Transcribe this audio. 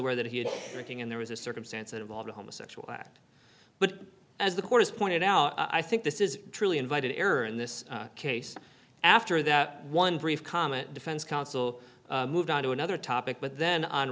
aware that he had a thing in there was a circumstance that involved a homosexual act but as the court has pointed out i think this is truly invited error in this case after that one brief comment defense counsel moved on to another topic but then on